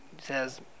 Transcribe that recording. says